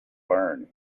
burn